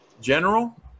General